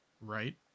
right